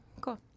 cool